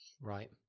Right